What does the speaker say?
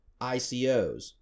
ICOs